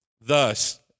Thus